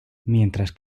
mientras